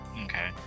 Okay